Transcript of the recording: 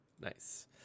Nice